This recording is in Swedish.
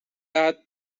att